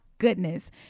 goodness